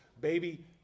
baby